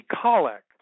collect